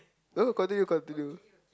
no continue continue